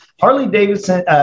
Harley-Davidson